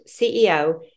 CEO